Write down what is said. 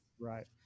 Right